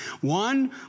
one